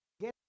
get